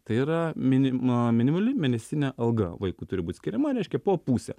tai yra minim a minimali mėnesinė alga vaikui turi būti skiriama reiškia po pusę